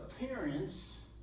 appearance